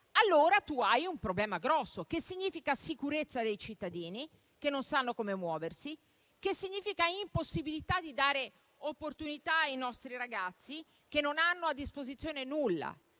allora c'è un problema grosso che significa sicurezza dei cittadini, che non sanno come muoversi, che significa impossibilità di dare opportunità ai nostri ragazzi, che non hanno a disposizione nulla;